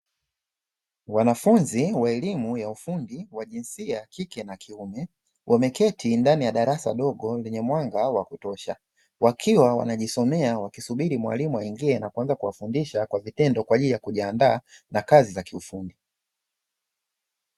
Wanachuo wa elimu ya ufundi wa jinsia ya kike na ya kiume , wameketi ndani ya darasa dogo lenye mwanga wa kutosha, wakiwa wanajisomea wakisubiri mwalimu aingie na kuanza kuwafundisha kwa vitendo kwa ajili ya kujiandaa na kazi za kiufundi.